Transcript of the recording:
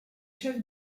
chef